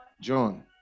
john